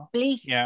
Please